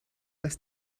dass